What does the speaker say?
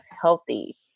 healthy